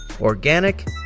organic